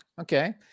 Okay